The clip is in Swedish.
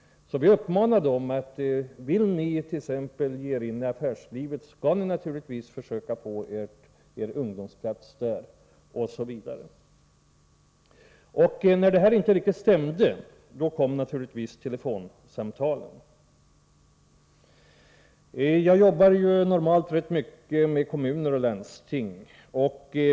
Vi sade till medlemmarna: Vill ni t.ex. till affärslivet skall ni naturligtvis försöka få en ungdomsplats där. När detta inte lyckades kom naturligtvis telefonsamtalen. Jag jobbar normalt rätt mycket med kommuner och landsting.